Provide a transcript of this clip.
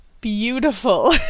beautiful